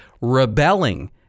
rebelling